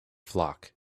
flock